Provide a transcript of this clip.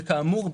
וכאמור,